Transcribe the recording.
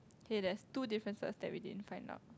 okay there is two differences that we didn't find out